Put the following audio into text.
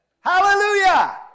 Hallelujah